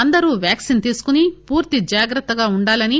అందరూ వ్యాక్సిన్ తీసుకుని పూర్తి జాగ్రత్తగా ఉండాలని